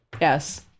Yes